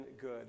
good